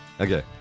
Okay